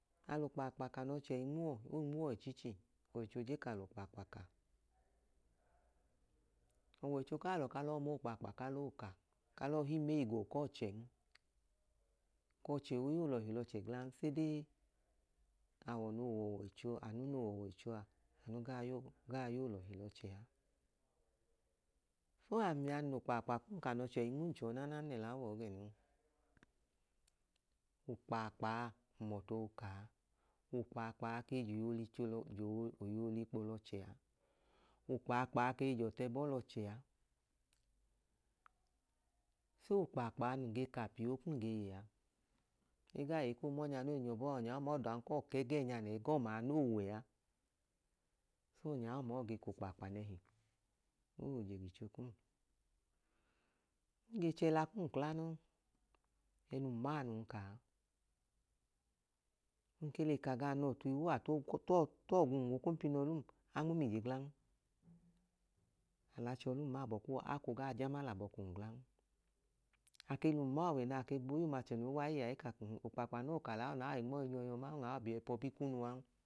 Alo kpaakpa ka nọchẹ inmuwọ oi nmuwọ ichichi ọwọicho je ka l'okpaakpa ka ọwọicho k'alọ kalọo moo kpaakpa kalo ka alo hii meyigoo kọọchẹn kọchẹ oyolọhi lọchẹ glan sede awọ noo wọwọichoa anu no ọwọichoaanu gaa yoolọhi l'ọchẹa. Oamia nl'okpaakpa kum ka n'ọchẹ inmum chọọ nana nlẹla wọọ gẹnon, okpaakpaa hum ọtu okaa, okpaakpa kei joyei licho lọ joyeyi olikpo lọchẹa okpaakpa kei j'ọtẹbọ lọchẹaso okpaakpa nun ge ka pyion kum ge yẹa. egaa yẹ ekoo mọnya nooi nyọọbọa ọnya ọma ọdan koo kẹgẹẹnya nẹn ẹgọma noo wẹa, so ọnya ọma oo ge k'okpaakpa nehi owo je gicho kum. Nge chela kum kla noẹnum maa nun ge kaa, nke le ka gaa n'ọtu iwuọ atọọgwum w'okompinọlum anmum ije glan, alachọlum ma abọ kuwọ akoo gaa jama l'abọ kum glan, ake lum ma ọwẹ na ke gboo yum achẹ noi waayẹa ika k'ohoookpaakpa no ka lawọa naọ nmọọ inyọ yọau aọ biẹ pọbi kunu a